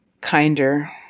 kinder